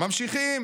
ממשיכים